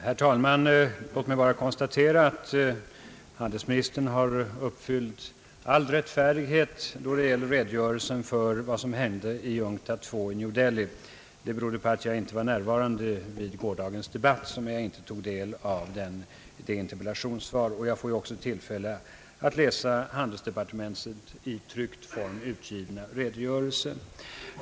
Herr talman! Låt mig endast konstatera att handelsministern har uppfyllt all rättfärdighet då det gäller redogörelsen för vad som hände vid UNCTAD If i New Delhi. Min önskan berodde på att jag inte var närvarande vid gårdagens interpellationsdebatt och därför inte kunde ta del av svaret. Jag får ju dessutom tillfälle att läsa handelsdepartementets i tryckt form utgivna redogörelse.